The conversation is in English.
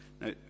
Now